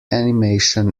animation